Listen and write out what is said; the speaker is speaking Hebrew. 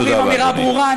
אומרים אמירה ברורה.